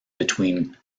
between